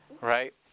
right